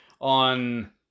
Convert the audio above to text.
on